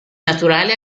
naturali